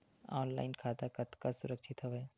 Online खाता कतका सुरक्षित हवय?